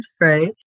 right